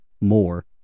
more